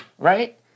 Right